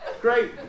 great